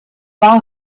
war